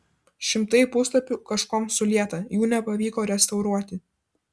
šimtai puslapių kažkuom sulieta jų nepavyko restauruoti